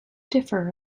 differ